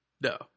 No